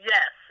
Yes